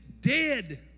dead